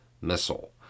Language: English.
missile